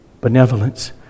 Benevolence